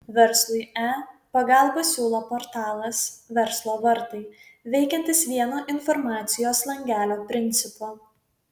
verslui e pagalbą siūlo portalas verslo vartai veikiantis vieno informacijos langelio principu